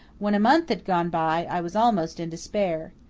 when a month had gone by, i was almost in despair.